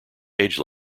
age